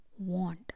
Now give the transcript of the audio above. want